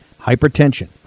Hypertension